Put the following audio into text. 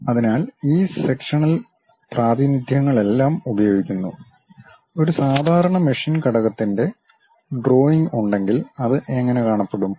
അതിനാൽ ഈ സെക്ഷനൽ പ്രാതിനിധ്യങ്ങളെല്ലാം ഉപയോഗിക്കുന്നു ഒരു സാധാരണ മെഷീൻ ഘടകത്തിന്റെ ഡ്രോയിംഗ് ഉണ്ടെങ്കിൽ അത് എങ്ങനെ കാണപ്പെടും